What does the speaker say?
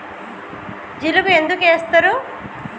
జిలుగు ఎందుకు ఏస్తరు?